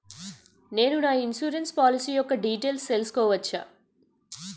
నేను నా insurance policy యెక్క డీటైల్స్ తెల్సుకోవచ్చా?